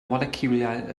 moleciwlau